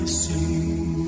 see